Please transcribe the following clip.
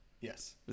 Yes